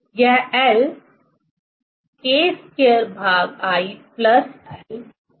यह L K2l l ठीक है